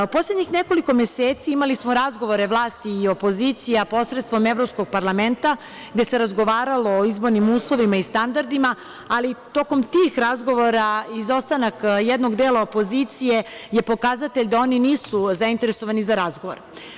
Poslednjih nekoliko meseci imali smo razgovore vlasti i opozicije posredstvom Evropskog parlamenta, gde se razgovaralo o izbornim uslovima i standardima, ali i tokom tih razgovora izostanak jednog dela opozicije je pokazatelj da oni nisu zainteresovani za razgovor.